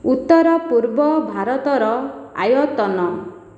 ଉତ୍ତର ପୂର୍ବ ଭାରତର ଆୟତନ